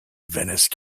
venice